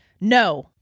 No